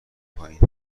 پایین